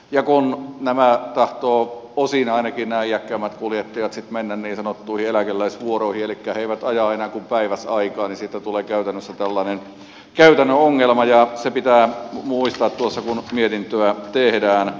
ja kun nämä iäkkäämmät kuljettajat ainakin osin tahtovat mennä niin sanottuihin eläkeläisvuoroihin elikkä he eivät aja enää kuin päiväsaikaan niin siitä tulee käytännössä tällainen käytännön ongelma ja se pitää muistaa tuossa kun mietintöä tehdään